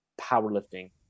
powerlifting